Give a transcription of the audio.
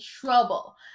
trouble